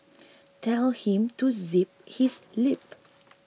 tell him to zip his lip